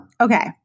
Okay